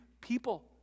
people